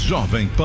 Jovem